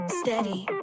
steady